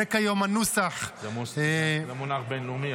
זה כיום הנוסח --- אבל זה מונח בין-לאומי,